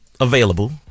available